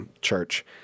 Church